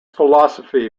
philosophy